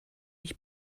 ich